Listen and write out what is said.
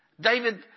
David